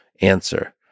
answer